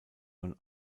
und